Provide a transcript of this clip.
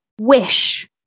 wish